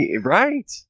Right